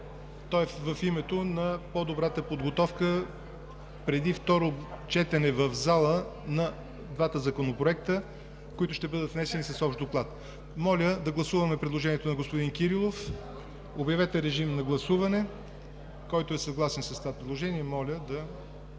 то е в името на по-добрата подготовка, преди второ четене в залата на двата законопроекта, които ще бъдат внесени с общ доклад. Моля да гласуваме предложението на господин Кирилов. Който е съгласен с това предложение, моля да